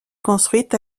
construite